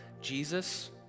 Jesus